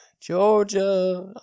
Georgia